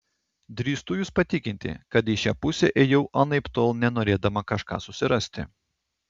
drįstu jus patikinti kad į šią pusę ėjau anaiptol ne norėdama kažką susirasti